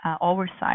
oversight